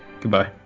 Goodbye